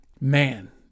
man